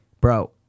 Bro